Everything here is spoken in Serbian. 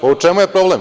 U čemu je problem?